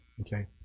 Okay